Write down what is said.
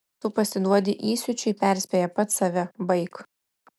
tu pasiduodi įsiūčiui perspėja pats save baik